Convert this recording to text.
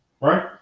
Right